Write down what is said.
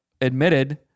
admitted